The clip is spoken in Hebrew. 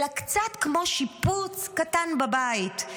אלא קצת כמו שיפוץ קטן בבית.